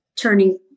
turning